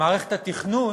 מערכת התכנון